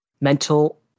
mental